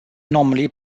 normally